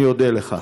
אני אודה לך.